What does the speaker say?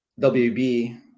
WB